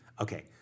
Okay